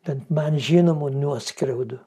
bet man žinomų nuoskriaudų